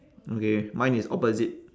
okay mine is opposite